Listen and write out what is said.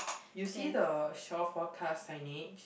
you see the shore forecast signage